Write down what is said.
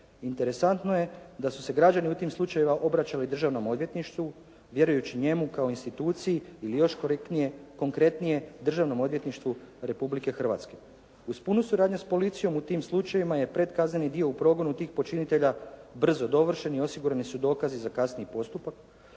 Interesantno je da su se građani u tim slučajevima obraćali Državnom odvjetništvu vjerujući njemu kao instituciji ili još konkretnije, Državnom odvjetništvu Republike Hrvatske. Uz punu suradnju s policijom u tim slučajevima je predkazneni dio u progonu tih počinitelja brzo dovršen i osigurani su dokazi za kasniji postupak.